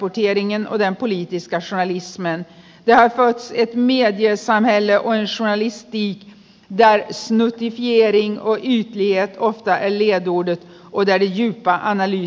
det har fötts ett mediesamhälle och en journalistik där snuttifiering och ytlighet ofta är ledordet och där de djupa analyserna saknas